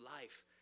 life